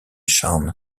shown